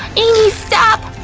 amy, stop!